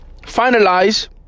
Finalize